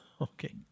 Okay